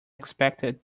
expected